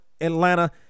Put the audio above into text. Atlanta